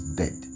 dead